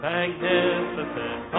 Magnificent